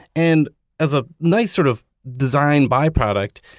and as a nice sort of design bi-product,